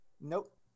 Nope